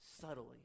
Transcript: subtly